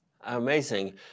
Amazing